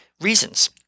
reasons